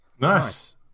Nice